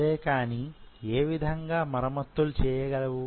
సరే కాని యే విధంగా మరమ్మత్తులు చేయగలవు